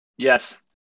Yes